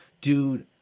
dude